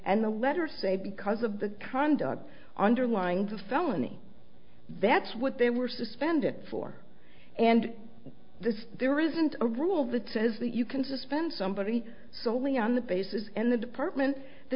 and the letter say because of the conduct underlying the felony that's what they were suspended for and this there isn't a rule that says that you can suspend somebody solely on the basis and the department the